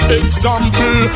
example